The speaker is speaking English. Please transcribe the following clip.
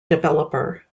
developer